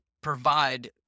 provide